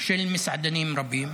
של מסעדנים רבים?